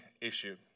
issue